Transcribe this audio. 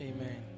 Amen